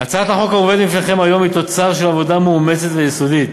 הצעת החוק המובאת בפניכם היום היא תוצר של עבודה מאומצת ויסודית